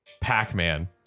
Pac-Man